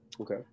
Okay